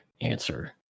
answer